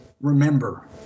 remember